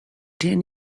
ten